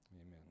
Amen